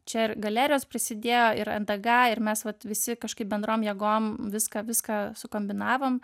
čia ir galerijos prisidėjo ir ntga ir mes vat visi kažkaip bendrom jėgom viską viską sukombinavom